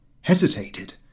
hesitated